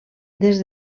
des